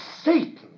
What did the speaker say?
Satan